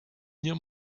near